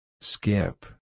Skip